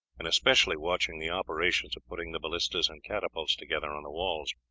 and especially watching the operations of putting the ballistas and catapults together on the walls.